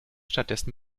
stattdessen